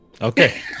okay